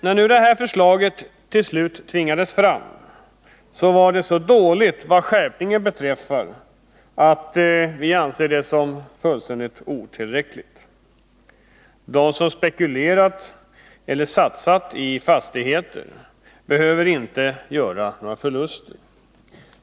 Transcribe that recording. När nu detta förslag till slut tvingades fram blev det emellertid så dåligt vad skärpningen beträffar att vi anser det fullständigt otillräckligt. De som har spekulerat eller satsat i fastigheter behöver inte göra några förluster.